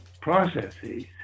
processes